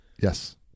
Yes